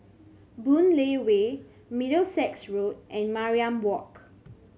Boon Lay Way Middlesex Road and Mariam Walk